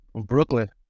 Brooklyn